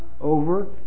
over